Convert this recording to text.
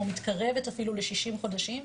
או מתקרבת אפילו ל- 60 חודשים,